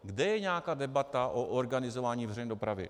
Kde je nějaká debata o organizování veřejné dopravy?